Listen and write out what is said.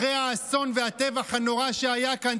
אחרי האסון והטבח הנורא שהיה כאן,